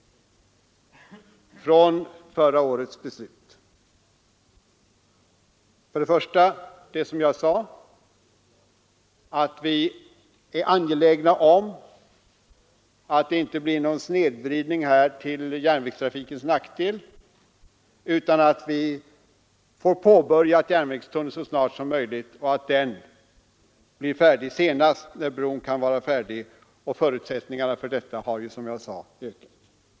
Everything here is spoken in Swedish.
Från förra årets beslut står för det första kvar att det inte får bli någon snedvridning till järnvägstrafikens nackdel utan att järnvägstunneln måste påbörjas så snart som möjligt så att den blir färdig senast samtidigt med bron. Och förutsättningarna härför har som jag sade ökat.